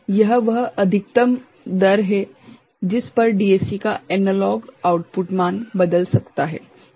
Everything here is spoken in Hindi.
तो यह वह अधिकतम दर है जिस पर डीएसी का एनालॉग आउटपुट मान बदल सकता है